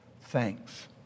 thanks